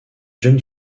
jeune